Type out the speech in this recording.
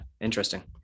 Interesting